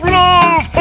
love